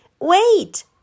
wait